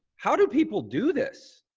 how do people do this?